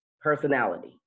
personality